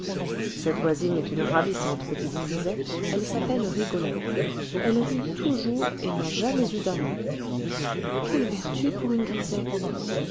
cette voisine est une ravissante petite grisette elle s'appelle rigolette elle rit toujours et n'a jamais eu d'amant quelle vertu pour une grisette